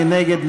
מי נגד?